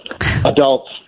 Adults